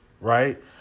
right